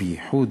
ובייחוד